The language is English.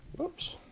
Oops